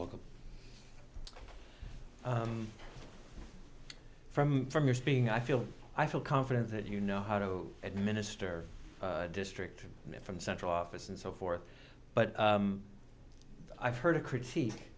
welcome from from your being i feel i feel confident that you know how to administer district from central office and so forth but i've heard a critique